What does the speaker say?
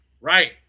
right